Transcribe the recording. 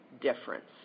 difference